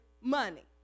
money